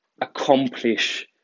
accomplish